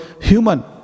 human